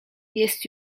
jest